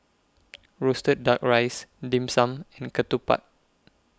Roasted Duck Rice Dim Sum and Ketupat